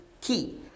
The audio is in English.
key